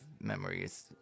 memories